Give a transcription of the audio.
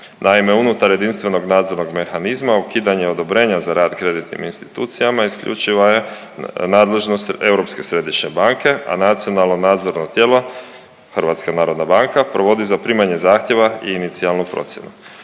Naime, unutar jedinstvenog nadzornog mehanizma ukidanje odobrenja za rad kreditnim institucijama isključiva je nadležnost Europske središnje banke, a nacionalno nadzorno tijelo HNB provodi zaprimanje zahtjeva i inicijalnu procjenu.